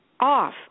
off